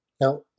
Now